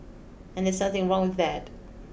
and that's something wrong with that